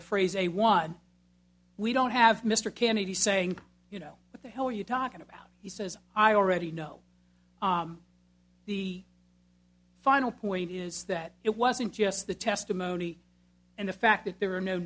the phrase a one we don't have mr kennedy saying you know what the hell are you talking about he says i already know the final point is that it wasn't just the testimony and the fact that there were no